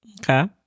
Okay